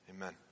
Amen